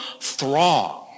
throng